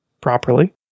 properly